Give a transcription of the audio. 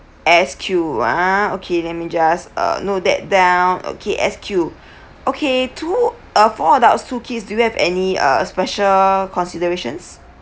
S_Q ah okay let me just uh note that down okay S_Q okay two uh four adults two kids do you have any uh special considerations